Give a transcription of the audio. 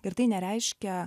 ir tai nereiškia